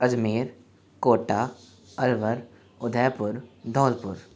Ajmer Kota Alwar Udaipur Dholpur